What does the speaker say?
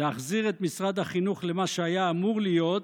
להחזיר את משרד החינוך למה שהיה אמור להיות,